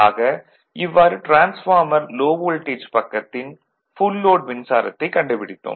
ஆக இவ்வாறு transformer low voltage பக்கத்தின் ஃபுல் லோட் மின்சாரத்தைக் கண்டுபிடித்தோம்